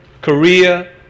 Korea